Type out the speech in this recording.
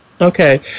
Okay